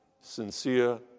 sincere